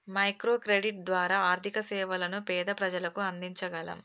micro credit ద్వారా ఆర్థిక సేవలను పేద ప్రజలకు అందించగలం